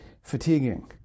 fatiguing